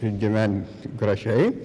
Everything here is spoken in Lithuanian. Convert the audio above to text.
gyvent gražiai